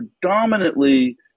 predominantly